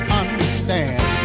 understand